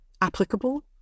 applicable